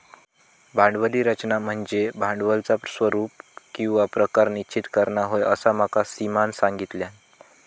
भांडवली रचना म्हनज्ये भांडवलाचा स्वरूप किंवा प्रकार निश्चित करना होय, असा माका सीमानं सांगल्यान